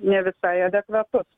ne visai adekvatus